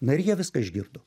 na ir jie viską išgirdo